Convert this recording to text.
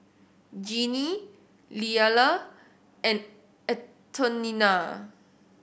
Jeannie Lillia and Antonina